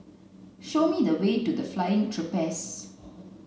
show me the way to The Flying Trapeze